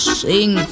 sing